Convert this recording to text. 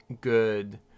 good